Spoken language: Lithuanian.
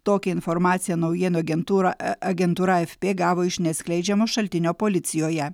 tokią informaciją naujienų agentūra agentūra fp gavo iš neatskleidžiamo šaltinio policijoje